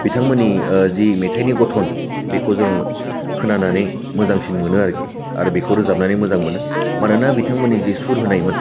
बिथांमोननि जि मेथाइनि गथन बेखौ जों खोनानानै मोजांसिन मोनो आरोखि आरो बेखौ रोजाबनानै मोजां मोनो मानोना बिथांमोननि जि सुर होनायमोन